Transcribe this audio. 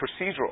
procedural